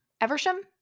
Eversham